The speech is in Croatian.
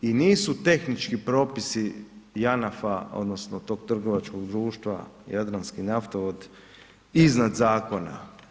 I nisu tehnički propisi JANAF-a odnosno tog trgovačkog društva Jadranski naftovod iznad zakona.